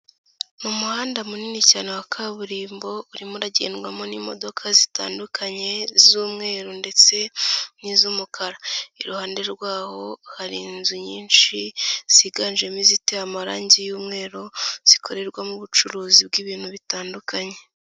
Ni umuhanda munini cyane wa kaburimbo urimo uragendwamo n'imodoka zitandukanye z'umweru ndetse n'iz'umukara, iruhande rw'aho hari inzu nyinshi ziganjemo iziteye amarangi y'umweru zikorerwamo ubucuruzi bw'ibintu bitandukanye.